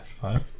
Five